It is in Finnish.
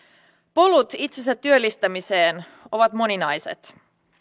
polut itsensätyöllistämiseen ovat moninaiset